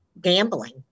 gambling